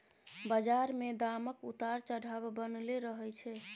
बजार मे दामक उतार चढ़ाव बनलै रहय छै